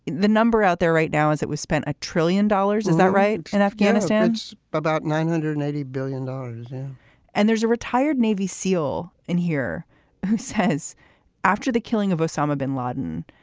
the number out there right now is that we spent a trillion dollars. is that right? and afghanistan's about nine hundred and eighty billion dollars yeah and there's a retired navy seal in here who says after the killing of osama bin laden,